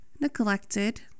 neglected